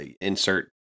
insert